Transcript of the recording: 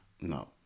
No